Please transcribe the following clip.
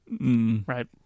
right